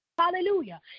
Hallelujah